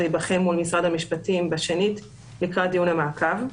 ייבחן מול משרד המשפטים בשנית לקראת דיון המעקב.